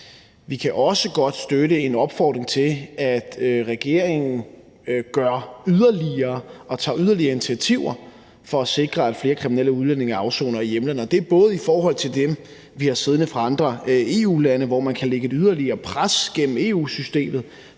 Vi kan også godt støtte en opfordring til, at regeringen gør yderligere og tager yderligere initiativer for at sikre, at flere kriminelle udlændinge afsoner i hjemlandet. Det er både i forhold til dem, vi har siddende fra andre EU-lande, hvor man kan lægge et yderligere pres gennem EU-systemet